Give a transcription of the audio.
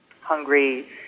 Hungry